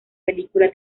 película